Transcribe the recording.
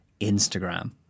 Instagram